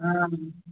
हँ